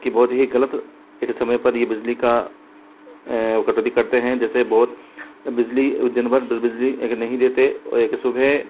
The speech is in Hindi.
की बहुत ही ग़लत ही समय पर ही बिजली का कटौती करते हैं जैसे बहुत बिजली दिन भर बिजली नहीं देते सुबह